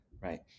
right